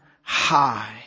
high